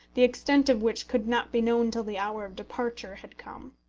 the extent of which could not be known till the hour of departure had come.